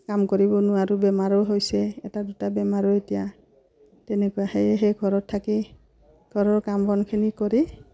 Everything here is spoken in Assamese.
কাম কৰিব নোৱাৰোঁ বেমাৰো হৈছে এটা দুটা বেমাৰো এতিয়া তেনেকুৱা সেয়ে সেই ঘৰত থাকি ঘৰৰ কাম বনখিনি কৰি